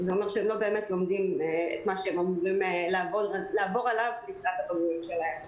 מה שאומר שהם לא לומדים את מה שהם אמורים ללמוד לקראת הבגרות שלהם.